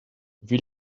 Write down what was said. wie